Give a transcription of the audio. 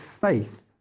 faith